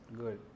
Good